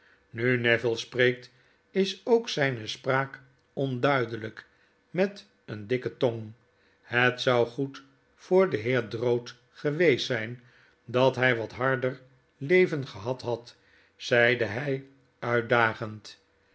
nu neville spreekt is ook zgne spraakonduideliik met een dikke tong het zou goed voor den heer drood geweest zgn dat hg wat harder leven gehad had zeide hg uitdagend